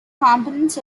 components